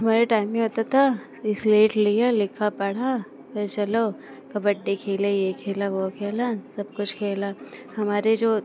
हमारे टाइम में होता था कि स्लेट लिया लिखा पढ़ा फिर चलो कबड्डी खेलें यह खेला वह खेला सब कुछ खेला हमारे जो